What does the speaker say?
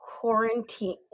quarantine